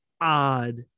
odd